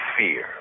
fear